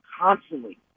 constantly